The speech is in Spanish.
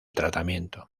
tratamiento